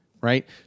Right